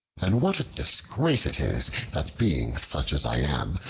and what a disgrace it is, that being such as i am,